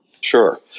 sure